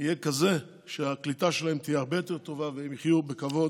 יהיה כזה שהקליטה שלהם תהיה הרבה יותר טובה והם יחיו בכבוד,